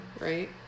right